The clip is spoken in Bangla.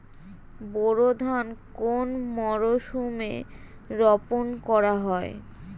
বোরো ধান কোন মরশুমে রোপণ করা হয়?